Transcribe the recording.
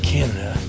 Canada